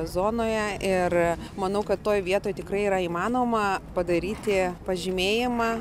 zonoje ir manau kad toj vietoj tikrai yra įmanoma padaryti pažymėjimą